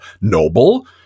noble